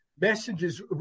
messages